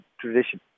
tradition